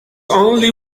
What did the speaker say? only